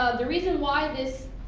ah the reason why this,